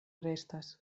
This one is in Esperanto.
restas